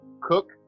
cook